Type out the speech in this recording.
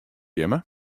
jimme